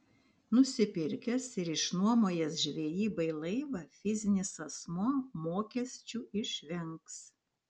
nusipirkęs ir išnuomojęs žvejybai laivą fizinis asmuo mokesčių išvengs